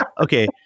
okay